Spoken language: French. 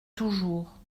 toujours